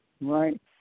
Right